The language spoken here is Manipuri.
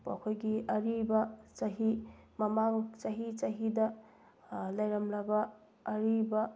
ꯑꯩꯈꯣꯏꯒꯤ ꯑꯔꯤꯕ ꯆꯍꯤ ꯃꯃꯥꯡ ꯆꯍꯤ ꯆꯍꯤꯗ ꯂꯩꯔꯝꯂꯕ ꯑꯔꯤꯕ